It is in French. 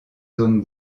zones